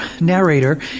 narrator